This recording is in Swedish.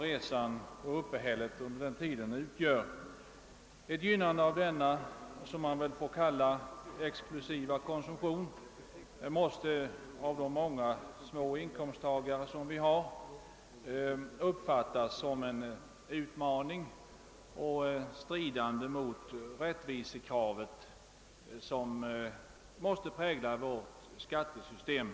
Ett gynnande av denna, såsom den måste betecknas, exklusiva konsumtion måste av de många lägre inkomsttagarna uppfattas som en utmaning och stridande mot det rättvisekrav vilket måste prägla vårt skattesystem.